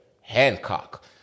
Hancock